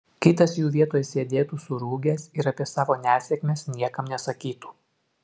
kitas jų vietoj sėdėtų surūgęs ir apie savo nesėkmes niekam nesakytų